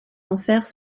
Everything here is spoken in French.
enfers